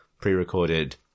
pre-recorded